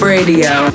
Radio